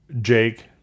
Jake